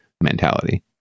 mentality